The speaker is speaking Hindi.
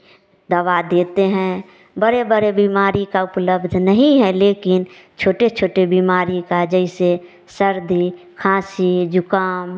दवा देते हैं बड़े बड़े बीमारी का उपलब्ध नहीं है लेकिन छोटे छोटे बीमारी का जैसे सर्दी खाँसी जुकाम